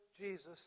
Jesus